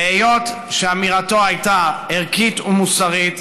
והיות שאמירתו הייתה ערכית ומוסרית,